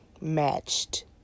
matched